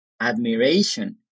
admiration